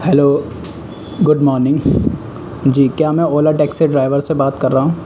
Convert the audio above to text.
hello good morning جی کیا میں اولا ٹیکسی ڈرائیور سے بات کر رہا ہوں